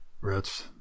Rich